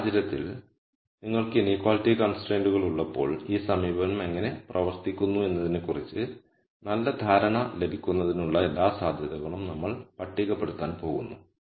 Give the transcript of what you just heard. ഈ സാഹചര്യത്തിൽ നിങ്ങൾക്ക് ഇനീക്വാളിറ്റി കൺസ്ട്രൈയ്ന്റുകൾ ഉള്ളപ്പോൾ ഈ സമീപനം എങ്ങനെ പ്രവർത്തിക്കുന്നു എന്നതിനെക്കുറിച്ച് നല്ല ധാരണ ലഭിക്കുന്നതിനുള്ള എല്ലാ സാധ്യതകളും നമ്മൾ പട്ടികപ്പെടുത്താൻ പോകുന്നു